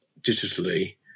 digitally